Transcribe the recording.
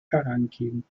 herangehen